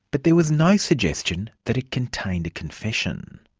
but there was no suggestion that it contained a confession.